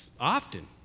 often